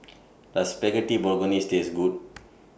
Does Spaghetti Bolognese Taste Good